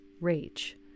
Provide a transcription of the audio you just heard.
rage